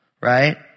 Right